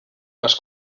más